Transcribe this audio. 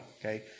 okay